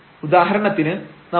ഉദാഹരണത്തിന് നമ്മൾ h0